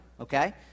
okay